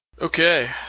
Okay